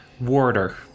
Warder